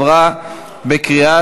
נתקבל.